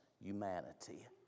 humanity